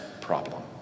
problem